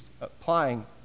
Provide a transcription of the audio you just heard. applying